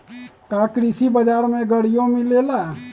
का कृषि बजार में गड़ियो मिलेला?